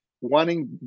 wanting